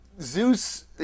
Zeus